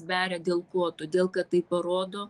beria dėl ko todėl kad tai parodo